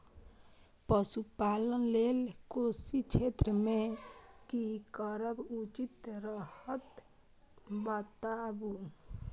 पशुपालन लेल कोशी क्षेत्र मे की करब उचित रहत बताबू?